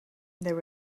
there